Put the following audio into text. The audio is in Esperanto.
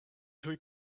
tuj